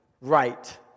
right